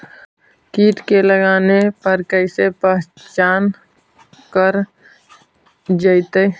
कीट के लगने पर कैसे पहचान कर जयतय?